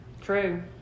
True